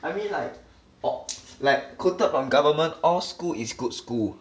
I mean like al~ like quoted from government all school is good school